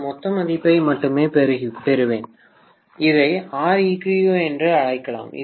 நான் மொத்த மதிப்பை மட்டுமே பெறுவேன் எனவே இதை Req என்று அழைக்கலாம்